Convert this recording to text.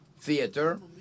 theater